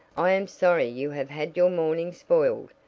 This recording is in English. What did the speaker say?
i am sorry you have had your morning spoiled,